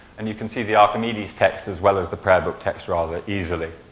and you can see the archimedes text as well as the prayer book text rather easily.